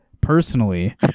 personally